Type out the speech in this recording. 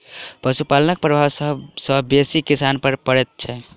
पशुपालनक प्रभाव सभ सॅ बेसी किसान पर पड़ैत छै